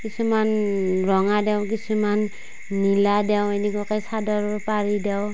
কিছুমান ৰঙা দিওঁ কিছুমান নীলা দিওঁ তেনেকুৱাকে চাদৰৰ পাৰি দিওঁ